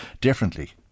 differently